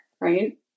right